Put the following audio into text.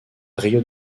rio